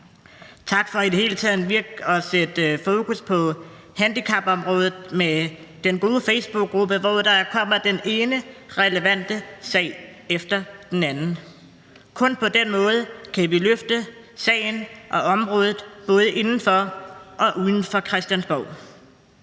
Tak for i det hele taget at sætte fokus på handicapområdet med den gode facebookgruppe, hvor der kommer den ene relevante sag efter den anden. Kun på den måde kan vi løfte sagen og området både inden for og uden for Christiansborg.